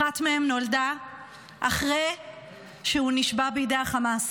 אחת מהן נולדה אחרי שהוא נשבה בידי חמאס.